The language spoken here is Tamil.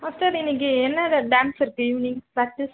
மாஸ்டர் இன்றைக்கி என்ன என்ன டான்ஸ் இருக்குது ஈவினிங் ப்ராக்டிஸ்